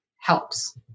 helps